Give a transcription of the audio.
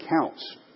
counts